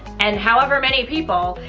and however many people.